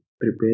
prepare